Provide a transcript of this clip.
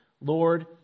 Lord